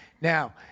Now